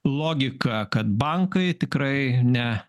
logika kad bankai tikrai ne